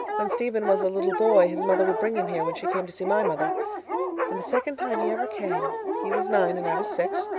when stephen was a little boy his mother would bring him here when she came to see my mother and the second time he ever came. he was nine and i was six.